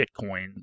Bitcoin